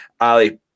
Ali